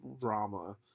drama